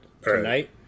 tonight